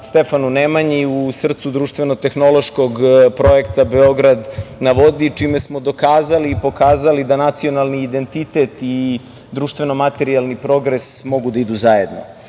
Stefanu Nemanji u srcu društveno-tehnološkog projekta "Beograd na vodi", čime smo dokazali i pokazali da nacionalni identitet i društveno-materijalni progres mogu da idu zajedno. To